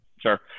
Sure